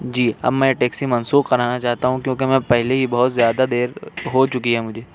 جی اب میں ٹیکسی منسوخ کرانا چاہتا ہوں کیونکہ میں پہلے ہی بہت زیادہ دیر ہوچکی ہے مجھے